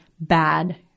bad